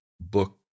book